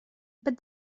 but